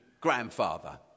grandfather